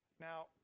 Now